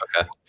okay